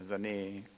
אז אני אומר,